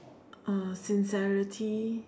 uh sincerity